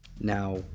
Now